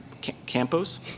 Campos